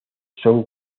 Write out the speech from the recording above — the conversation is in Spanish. son